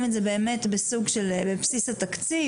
את מלכתחילה כבר בסוג של בסיס התקציב?